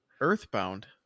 Earthbound